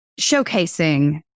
showcasing